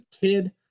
kid